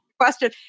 question